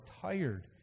tired